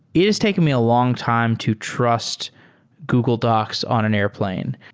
it has taken me a long time to trust google docs on an airplane.